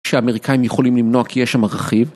שאמריקאים יכולים למנוע, כי יש שם ארכיב.